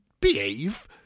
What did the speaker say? Behave